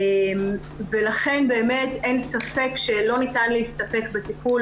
ולכן באמת אין ספק שלא ניתן להסתפק בטיפול